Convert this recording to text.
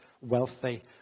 wealthy